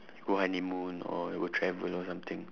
go honeymoon or go travel or something